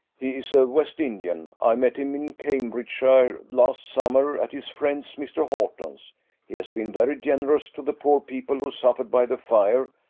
he is a west indian. i met him in cambridgeshire last summer, at his friend mr. horton's he has been very generous to the poor people who suffered by the fire,